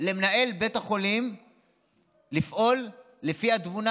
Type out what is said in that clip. למנהל בית החולים לפעול לפי התבונה.